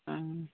ᱚ